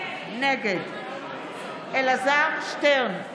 נגד אלעזר שטרן,